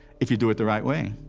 if you do it the right way.